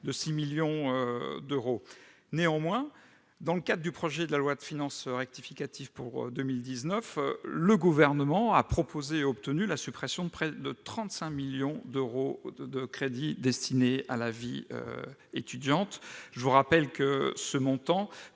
de 6 millions d'euros. Néanmoins, dans le cadre du projet de loi de finances rectificative pour 2019, le Gouvernement a proposé, et obtenu, la suppression de près de 35 millions d'euros de crédits destinés à la vie étudiante. Je vous rappelle que ce montant